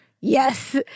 yes